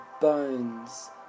bones